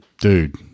Dude